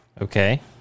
Okay